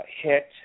hit